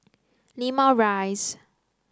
Limau Rise